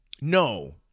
No